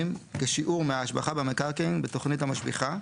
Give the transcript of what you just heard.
כשיעור מההשבחה במקרקעין בתוכנית המשביחה,